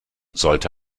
sollte